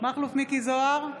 מכלוף מיקי זוהר,